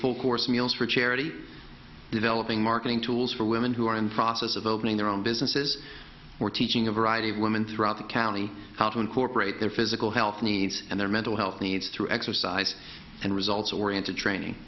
full course meals for charity developing marketing tools for women who are in the process of opening their own businesses or teaching a variety of women throughout the county how to incorporate their physical health needs and their mental health needs through exercise and results oriented training